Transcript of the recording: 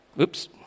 oops